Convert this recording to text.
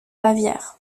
bavière